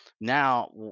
Now